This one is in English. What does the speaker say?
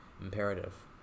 imperative